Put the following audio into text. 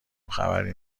خبری